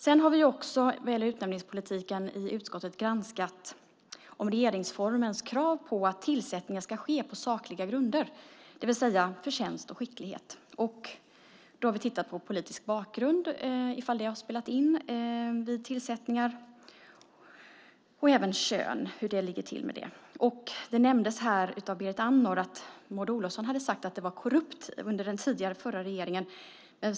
Sedan har vi också vad gäller utnämningspolitiken i utskottet granskat om regeringsformens krav på att tillsättningen ska ske på sakliga grunder, det vill säga förtjänst och skicklighet, efterlevs. Vi har tittat på om politisk bakgrund har spelat in vid tillsättningar, och vi har även tittat på kön och hur det ligger till med det. Det nämndes här av Berit Andnor att Maud Olofsson hade sagt att det var korrupt under den tidigare regeringen.